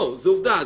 זאת עובדה.